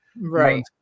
right